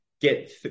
get